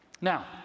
Now